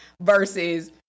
versus